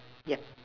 yes